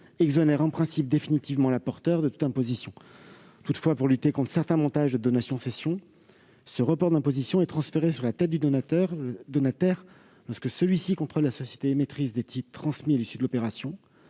exonère en principe définitivement l'apporteur de toute imposition. Toutefois, pour lutter contre certains montages de donation-cession, ce report d'imposition est transféré sur la tête du donataire, lorsque celui-ci contrôle la société émettrice des titres transmis à l'issue de l'opération.